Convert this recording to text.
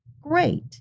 Great